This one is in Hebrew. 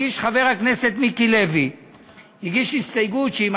הגיש חבר הכנסת מיקי לוי הסתייגות שאם